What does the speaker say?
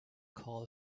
call